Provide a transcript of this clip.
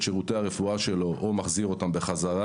שירותי הרפואה שלו או מחזיר אותם בחזרה.